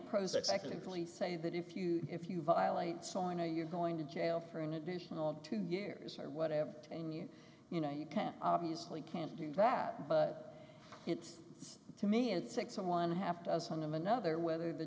fully say that if you if you violate sawing or you're going to jail for an additional two years or whatever then you you know you can't obviously can't do that but it's to me it's six some one half dozen of another whether the